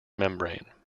membrane